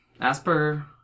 Asper